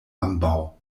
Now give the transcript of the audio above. ambaŭ